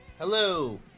Hello